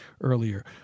earlier